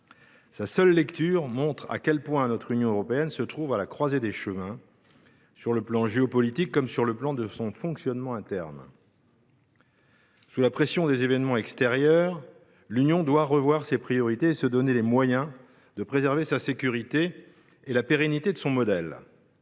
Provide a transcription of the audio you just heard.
Sa seule lecture montre à quel point l’Union européenne se trouve à la croisée des chemins sur le plan tant géopolitique que de son fonctionnement interne. Sous la pression des événements extérieurs, l’Union doit revoir ses priorités et se donner les moyens de préserver sa sécurité et la pérennité de son modèle.